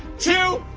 two,